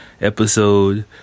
episode